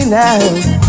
now